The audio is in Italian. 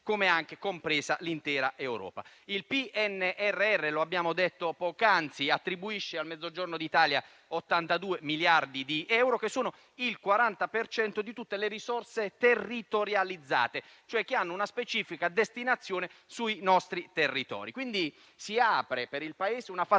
del Paese, compresa l'intera Europa. Il PNRR - lo abbiamo detto poc'anzi - attribuisce al Mezzogiorno d'Italia 82 miliardi di euro, che sono il 40 per cento di tutte le risorse territorializzate, e cioè che hanno una specifica destinazione sui nostri territori. Si apre, quindi, per il Paese una fase